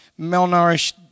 malnourished